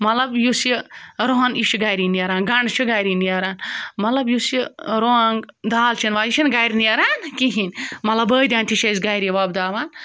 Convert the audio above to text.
مطلب یُس یہِ رۄہَن یہِ چھُ گَرے نیران گَنٛڈٕ چھُ گَرے نیران مطلب یُس یہِ رۄنٛگ دالچیٖن والچیٖن یہِ چھِنہٕ گَرِ نیران کِہیٖنۍ مطلب بٲدیان تہِ چھِ أسۍ گَرے وۄپداوان